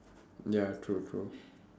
ya true true